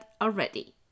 already